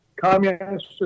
communist